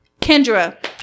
Kendra